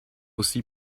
aussi